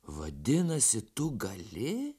vadinasi tu gali